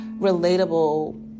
relatable